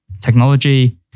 technology